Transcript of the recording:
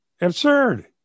absurd